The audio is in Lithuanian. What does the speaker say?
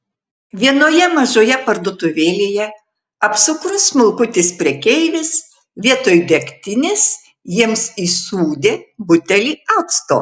vienoje mažoje parduotuvėlėje apsukrus smulkutis prekeivis vietoj degtinės jiems įsūdė butelį acto